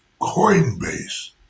Coinbase